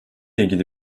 ilgili